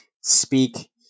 speak